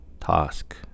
Task